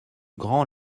grand